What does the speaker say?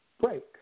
break